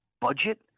budget